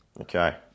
okay